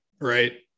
right